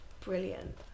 brilliant